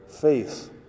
faith